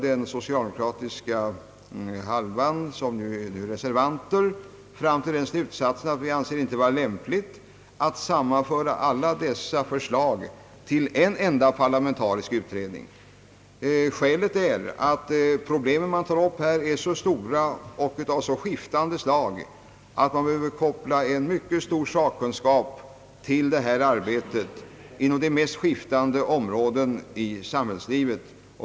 Den socialdemokratiska hälften, d.v.s. reservanterna, kommer till slutsatsen att det inte är lämpligt att sammanföra alla dessa förslag till en enda parlamentarisk utredning. Skälet är att de problem man tar upp här är så stora och så skiftande att man till detta arbete behöver koppla en mycket stor sakkunskap inom de mest skiftande områden i samhällslivet.